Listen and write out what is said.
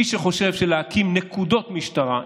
מי שחושב שלהקים נקודות משטרה,